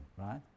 right